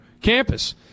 campus